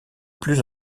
plus